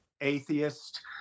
atheist